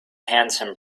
handsome